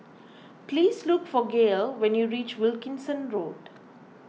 please look for Gayle when you reach Wilkinson Road